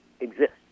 exist